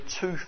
two